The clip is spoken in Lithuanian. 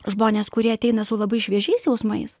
žmonės kurie ateina su labai šviežiais jausmais